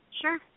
Sure